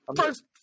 first